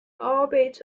orbit